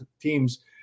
teams